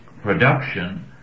production